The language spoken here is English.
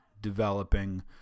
developing